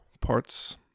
parts